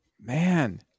Man